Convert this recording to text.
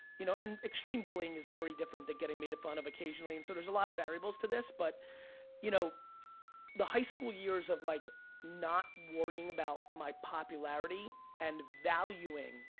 you know and extreme bullying is very different than getting made fun of occasionally and so there's a lot of variables to this but you know the high school years of like not worrying about my popularity and valuing,